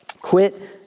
quit